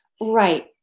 Right